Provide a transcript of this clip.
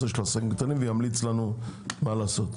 של העסקים הקטנים וימליץ לנו מה לעשות.